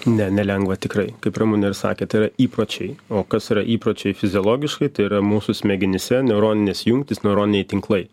ne nelengva tikrai kaip ramunė ir sakė tai yra įpročiai o kas yra įpročiai fiziologiškai tai yra mūsų smegenyse neuroninės jungtys neuroniniai tinklai